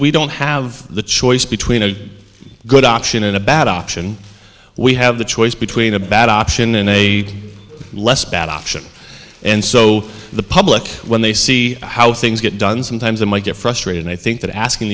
we don't have the choice between a good option and a bad option we have the choice between a bad option and a less bad option and so the public when they see how things get done sometimes i get frustrated i think that asking